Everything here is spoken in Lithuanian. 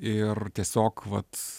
ir tiesiog vat